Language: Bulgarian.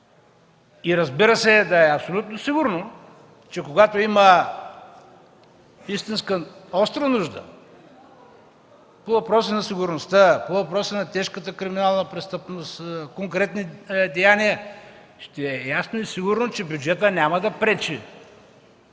Разбира се, да е абсолютно сигурно, че когато има истинска остра нужда по въпроси на сигурността, по въпроси на тежката криминална престъпност, конкретни деяния, ще е ясно и сигурно, че бюджетът няма да пречи,